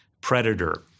predator